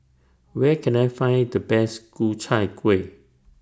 Where Can I Find The Best Ku Chai Kueh